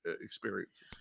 experiences